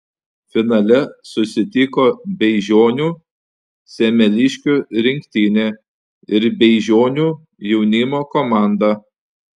finale susitiko beižionių semeliškių rinktinė ir beižionių jaunimo komanda